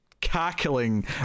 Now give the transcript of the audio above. cackling